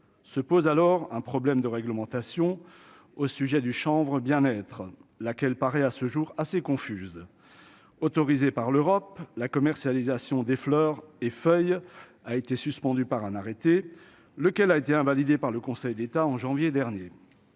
se pose alors un problème de réglementation au sujet du chanvre, bien-être, laquelle paraît à ce jour, assez confuses autorisé par l'Europe, la commercialisation des fleurs et feuilles a été suspendu par un arrêté, lequel a été invalidé par le Conseil d'État en janvier dernier,